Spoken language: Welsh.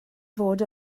fod